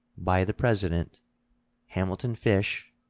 by the president hamilton fish,